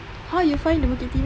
how you find the bukit timah